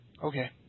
Okay